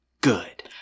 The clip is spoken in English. good